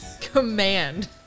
Command